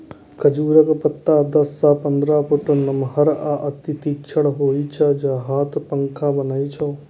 खजूरक पत्ता दस सं पंद्रह फुट नमहर आ अति तीक्ष्ण होइ छै, जाहि सं हाथ पंखा बनै छै